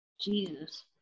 Jesus